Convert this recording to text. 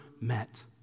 met